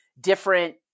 different